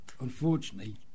unfortunately